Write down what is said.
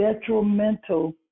detrimental